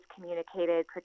communicated